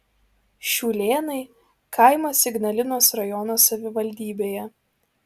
šiūlėnai kaimas ignalinos rajono savivaldybėje